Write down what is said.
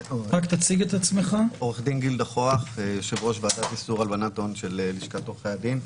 אני יושב-ראש ועדת איסור הלבנת הון של לשכת עורכי הדין.